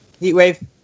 heatwave